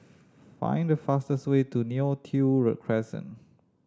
find the fastest way to Neo Tiew Crescent